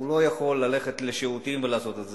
הוא לא יכול ללכת לשירותים ולעשות את זה.